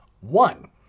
One